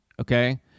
okay